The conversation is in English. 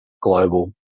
global